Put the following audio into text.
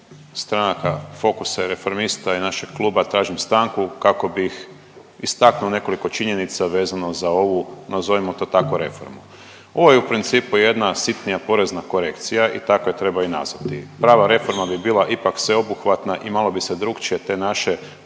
stranaka Fokusa i Reformista i našeg kluba, tražim stanku kako bih istaknuo nekoliko činjenica vezano za ovu nazovimo to tako reformu. Ovo je u principu jedna sitnija porezna korekcija i tako je treba i nazvati. Prava reforma bi bila ipak sveobuhvatna i malo bi se drukčije te naše